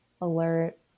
alert